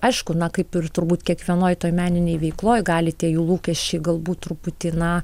aišku na kaip ir turbūt kiekvienoj toj meninėj veikloj gali tie jų lūkesčiai galbūt truputį na